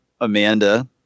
Amanda